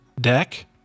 deck